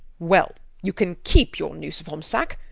well, you can keep your nuciform sac,